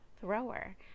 thrower